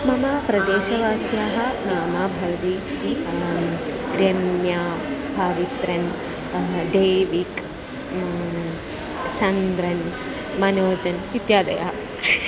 मम प्रदेशवास्याः नाम भवति प्रेण्या पवित्रन् डैविक् चन्द्रन् मनोजन् इत्यादयः